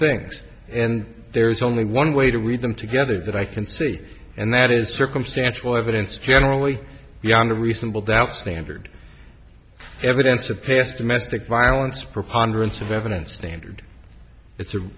things and there's only one way to read them together that i can see and that is circumstantial evidence generally beyond reasonable doubt standard evidence of past domestic violence proponents of evidence standard it's a